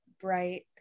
bright